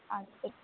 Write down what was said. আচ্ছা